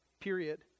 period